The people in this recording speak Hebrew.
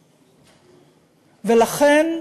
ולכן,